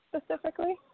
specifically